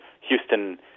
Houston